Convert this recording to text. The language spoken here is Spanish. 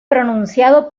pronunciado